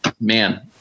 man